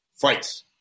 fights